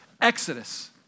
exodus